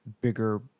bigger